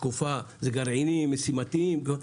פעם גרעינים משימתיים וכולי.